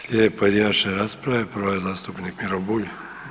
Slijede pojedinačne rasprave, prva je zastupnik Miro Bulj.